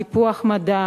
טיפוח המדע